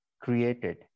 created